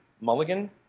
Mulligan